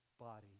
body